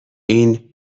این